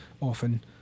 often